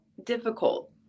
difficult